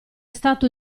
stato